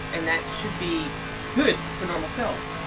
and that should be good for normal cells.